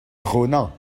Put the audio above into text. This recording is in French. ronan